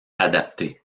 adaptées